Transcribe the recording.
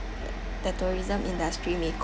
the tourism industry may